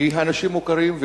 כי האנשים מוכרים,